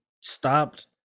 stopped